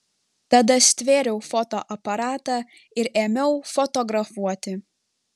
tada stvėriau fotoaparatą ir ėmiau fotografuoti